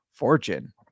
Fortune